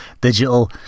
digital